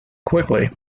quickly